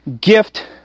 gift